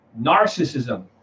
narcissism